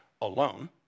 alone